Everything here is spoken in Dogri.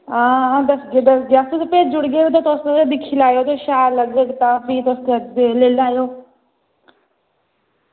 हां दस्सगे दस्सगे तुसें बी भेजी ओड़गे ते तुस दिक्खी लैएओ ते शैल लग्गग तां फ्ही तुस लेई लैएओ